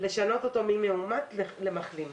ולשנות אותו ממאומת למחלים.